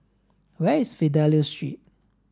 where is Fidelio Street